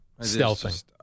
stealthing